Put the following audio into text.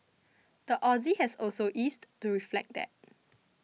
the Aussie has also eased to reflect that